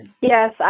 Yes